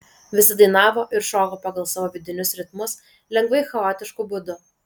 visi dainavo ir šoko pagal savo vidinius ritmus lengvai chaotišku būdu